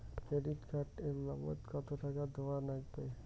Credit card এর বাবদ কতো টাকা দেওয়া লাগবে?